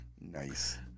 Nice